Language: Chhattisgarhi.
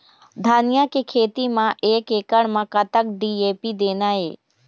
धनिया के खेती म एक एकड़ म कतक डी.ए.पी देना ये?